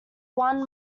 one